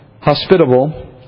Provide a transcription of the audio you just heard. hospitable